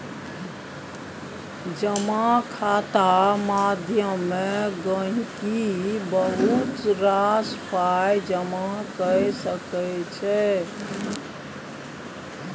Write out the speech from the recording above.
जमा खाता माध्यमे गहिंकी बहुत रास पाइ जमा कए सकै छै